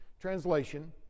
translation